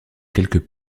quelques